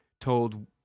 told